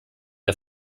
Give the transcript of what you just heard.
der